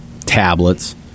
tablets